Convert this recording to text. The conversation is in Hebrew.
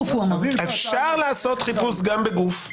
אפשר לעשות חיפוש גם בגוף.